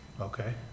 Okay